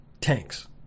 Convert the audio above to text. tanks